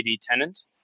tenant